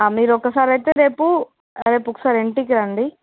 మీరు ఒకసారి అయితే రేపు రేపు ఒకసారి ఇంటికి రండి